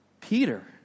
Peter